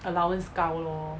allowance 高 lor